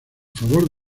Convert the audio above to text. favor